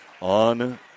on